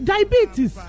Diabetes